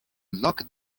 lock